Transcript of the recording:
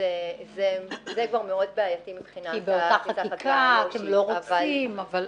זה כבר מאוד בעייתי מבחינת ה --- כי אתם לא רוצים שבאותה חקיקה...